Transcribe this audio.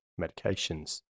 medications